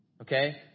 Okay